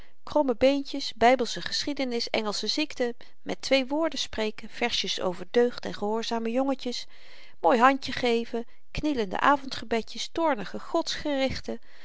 kromme beentjes bybelsche geschiedenis engelsche ziekte met twee woorden spreken versjes over deugd en gehoorzame jongetjes mooi handje geven knielende avendgebedjes toornige